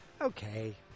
okay